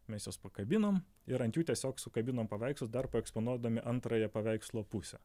mes juos pakabinom ir ant jų tiesiog sukabinom paveikslus dar paeksponuodami antrąją paveikslo pusę